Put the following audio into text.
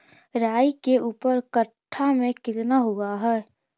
राई के ऊपर कट्ठा में कितना हुआ है?